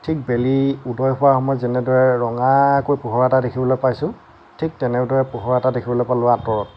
ঠিক বেলি উদয় হোৱা সময়ত যেনেদৰে ৰঙাকৈ পোহৰ এটা দেখিবলৈ পাইছোঁ ঠিক তেনেদৰে পোহৰ এটা দেখিবলৈ পালোঁ আঁতৰত